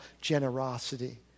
generosity